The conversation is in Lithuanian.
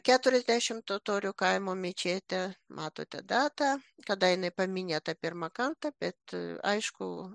keturiasdešimt totorių kaimo mečetė matote datą kada jinai paminėta pirmą kartą bet aišku